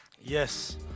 Yes